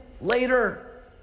later